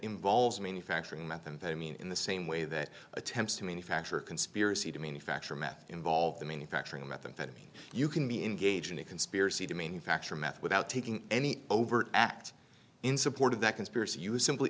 involves manufacturing methamphetamine in the same way that attempts to manufacture a conspiracy to manufacture meth involve the manufacturing of methamphetamine you can be engaged in a conspiracy to manufacture meth without taking any overt act in support of that conspiracy you simply